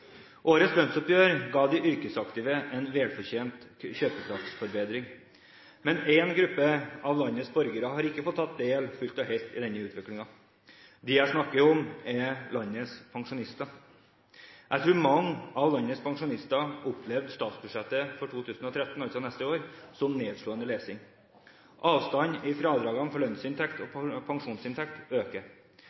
Årets lønnsoppgjør ga de yrkesaktive en velfortjent forbedring i kjøpekraften. Men én gruppe av landets borgere har ikke fullt og helt fått ta del i denne utviklingen. Dem jeg snakker om, er landets pensjonister. Jeg tror mange av landets pensjonister opplevde statsbudsjettet for 2013 – altså neste år – som nedslående lesing. Avstanden mellom fradragene for lønnsinntekt og pensjonsinntekt øker.